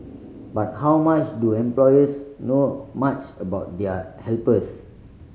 but how much do employers know much about their helpers